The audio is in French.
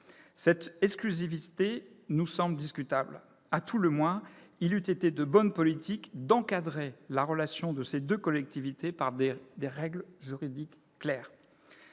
Cette exclusivité nous semble discutable. À tout le moins, il eût été de bonne politique d'encadrer la relation de ces deux collectivités par des règles juridiques claires.